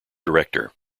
director